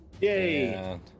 yay